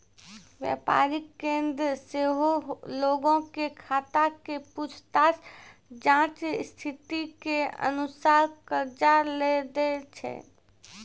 व्यापारिक केन्द्र सेहो लोगो के खाता के पूछताछ जांच स्थिति के अनुसार कर्जा लै दै छै